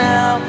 Now